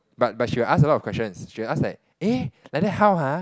but but she will ask a lot of questions she will ask like eh like that how !huh!